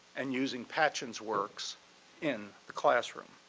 and using patchen's works in the classroom.